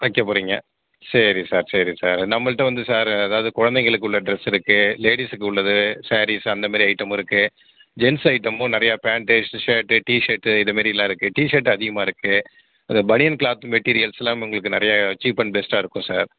வைக்க போகிறிங்க சரி சார் சரி சார் நம்மகிட்ட வந்து சார் அதாவது குழந்தைங்களுக்கு உள்ள டிரஸ் இருக்குது லேடிஸ்க்கு உள்ளது சாரீஸ் அந்த மாதிரி ஐட்டமும் இருக்குது ஜென்ஸ் ஐட்டமும் நிறைய பேன்ட்டு ஷர்ட்டு டீஷர்ட்டு இது மாரில்லாம் இருக்குது டீஷர்ட் அதிகமாக இருக்குது இது பனியன் கிளாத் மெட்டிரியல்ஸெலாம் உங்களுக்கு நிறைய சீப் அண்ட் பெஸ்ட்டாக இருக்கும் சார்